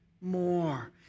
more